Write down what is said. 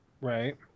Right